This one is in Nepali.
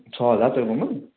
छ होला तपाईँकोमा